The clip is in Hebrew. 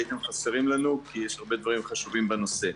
הייתם חסרים לנו כי יש הרבה דברים חשובים בנושא.